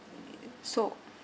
so